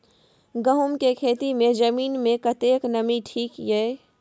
गहूम के खेती मे जमीन मे कतेक नमी ठीक ये?